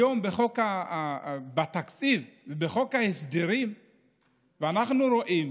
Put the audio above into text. היום בתקציב ובחוק ההסדרים אנחנו רואים